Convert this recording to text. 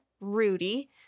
Rudy